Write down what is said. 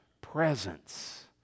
presence